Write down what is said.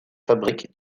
fabriques